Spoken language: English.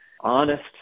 honest